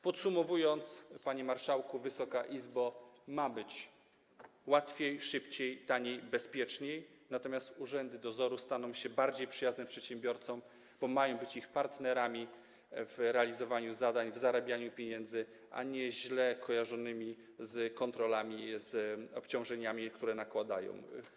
Podsumowując, panie marszałku, Wysoka Izbo, ma być łatwiej, szybciej, taniej, bezpieczniej, natomiast urzędy dozoru staną się bardziej przyjazne przedsiębiorcom, bo mają być ich partnerami w realizowaniu zadań, w zarabianiu pieniędzy, a nie źle się kojarzyć z kontrolami i obciążeniami, które nakładają.